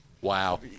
Wow